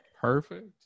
perfect